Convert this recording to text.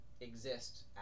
exist